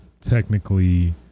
technically